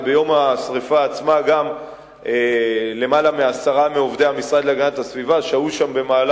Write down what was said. וביום השרפה עצמו שהו שם למעלה מעשרה מעובדי המשרד להגנת הסביבה במהלך